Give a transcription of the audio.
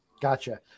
Gotcha